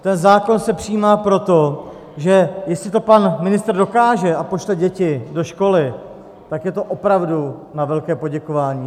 Ten zákon se přijímá proto, že jestli to pan ministr dokáže a pošle děti do školy, tak je to opravdu na velké poděkování.